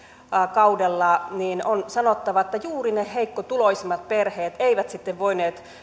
kaudella kehittämästä verovähennysvaihtoehdosta on sanottava että juuri ne heikkotuloisimmat perheet eivät sitten voineet